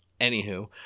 anywho